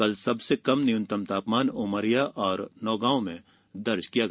कल सबसे कम न्यूनतम तापमान उमरिया और नौगांव में दर्ज किया गया